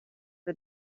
wij